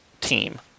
team